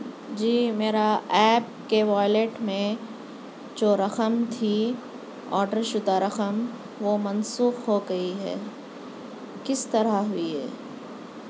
جی میرا ایپ کے والیٹ میں جو رقم تھی آڈر شدہ رقم وہ منسوخ ہو گئی ہے کس طرح ہوئی یہ